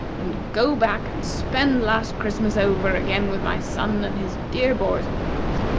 and go back and spend last christmas over again with my son and his dear boys and girls.